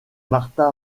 martha